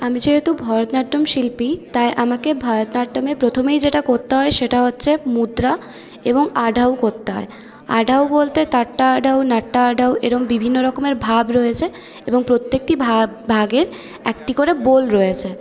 আমি যেহেতু ভরতনাট্ট্যম শিল্পী তাই আমাকে ভরতনাট্ট্যমের প্রথমেই যেটা করতে হয় সেটা হচ্ছে মুদ্রা এবং আঢাউ করতে হয় আঢাউ বলতে টাট্টা আঢাউ নাট্টা আঢাউ এরম বিভিন্ন রকমের ভাব রয়েছে এবং প্রত্যেকটি ভাগ ভাবের একটি করে বোল রয়েছে